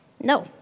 No